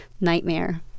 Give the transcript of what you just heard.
nightmare